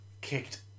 kicked